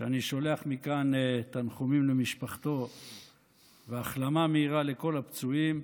ואני שולח מכאן תנחומים למשפחתו והחלמה מהירה לכל הפצועים,